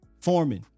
Foreman